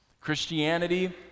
Christianity